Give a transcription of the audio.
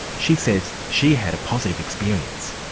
she says she had a positive experience.